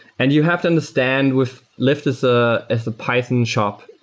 and you have to understand with lyft as ah as a python shop,